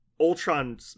Ultron